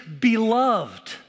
beloved